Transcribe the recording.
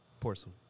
porcelain